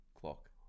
clock